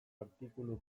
artikulu